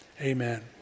amen